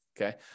okay